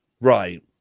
Right